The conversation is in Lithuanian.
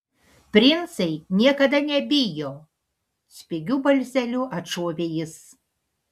princai niekada nebijo spigiu balseliu atšovė jis